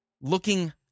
looking